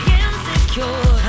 insecure